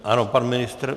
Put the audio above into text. Ano, pan ministr.